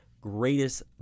greatest